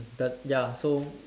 does ya so